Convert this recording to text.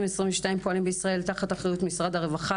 פועלים בישראל תחת אחריות משרד הרווחה,